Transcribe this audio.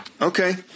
Okay